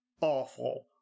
awful